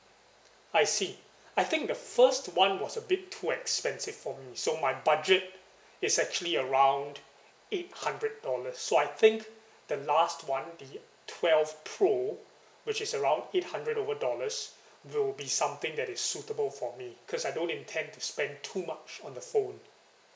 I see I think the first one was a bit too expensive for me so my budget is actually around eight hundred dollars so I think the last one the twelve pro which is around eight hundred over dollars will be something that is suitable for me cause I don't intend to spend too much on the phone